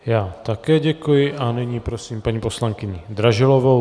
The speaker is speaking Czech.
Já také děkuji a nyní prosím paní poslankyni Dražilovou.